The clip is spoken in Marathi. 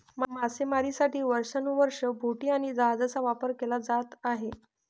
मासेमारीसाठी वर्षानुवर्षे बोटी आणि जहाजांचा वापर केला जात आहे